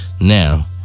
Now